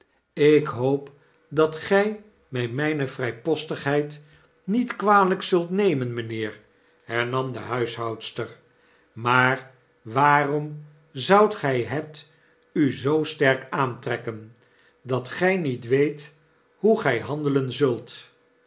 ik hoop dat gy my myne vrypostigheid niet kwalyk zult nemen mynheer hernam dehuishoudster maar waarom zoudt gy het u zoo sterk aantrekken dat gy niet weet noe gy handelen zult